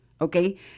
okay